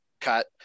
cut